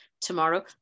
tomorrow